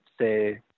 say